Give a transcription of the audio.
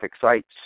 sites